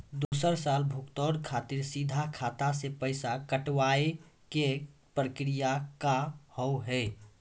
दोसर साल भुगतान खातिर सीधा खाता से पैसा कटवाए के प्रक्रिया का हाव हई?